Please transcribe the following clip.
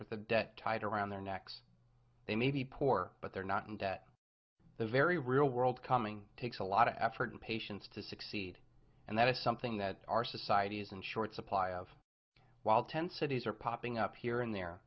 worth of debt tied around their necks they may be poor but they're not in debt the very real world coming takes a lot of effort and patience to succeed and that is something that our societies and short supply of wild tent cities are popping up here and there